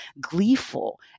gleeful